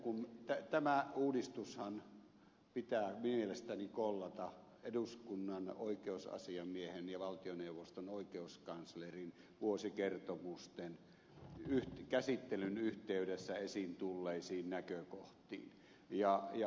nimittäin tämä uudistushan pitää mielestäni kollata eduskunnan oikeusasiamiehen ja valtioneuvoston oikeuskanslerin vuosikertomusten käsittelyn yhteydessä esiin tulleisiin näkökohtiin nähden